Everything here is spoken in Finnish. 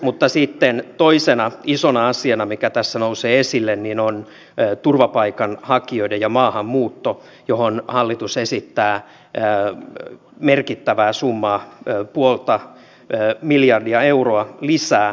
mutta sitten toisena isona asiana mikä tässä nousee esille on turvapaikanhakijat ja maahanmuutto johon hallitus esittää merkittävää summaa puolta miljardia euroa lisää